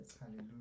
Hallelujah